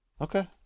Okay